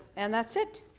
and that's it.